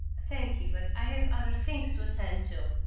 thank you, but i have other things to attend to.